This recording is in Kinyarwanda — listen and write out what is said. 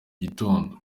gitondo